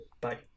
Bye